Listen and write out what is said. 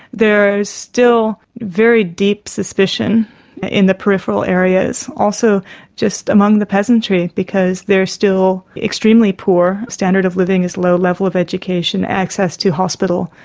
still very deep suspicion in the peripheral areas, also just among the peasantry, because they're still extremely poor, standard of living is low, level of education, access to hospital,